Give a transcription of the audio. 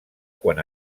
quan